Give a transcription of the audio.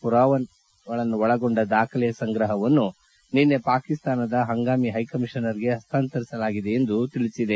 ಪುರಾವೆಗಳನ್ನೊಳಗೊಂಡ ದಾಖಲೆಯ ಸಂಗ್ರಹವನ್ನು ನಿನ್ನೆ ಪಾಕಿಸ್ತಾನದ ಹಂಗಾಮಿ ಹೈಕಮೀಷನರ್ಗೆ ಹಸ್ತಾಂತರಿಸಲಾಗಿದೆ ಎಂದು ಹೇಳಿದೆ